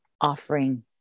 offering